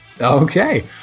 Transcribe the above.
Okay